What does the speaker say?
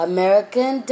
American